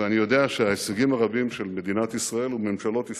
ואני יודע שההישגים הרבים של מדינת ישראל ושל ממשלות ישראל,